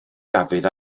dafydd